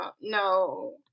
no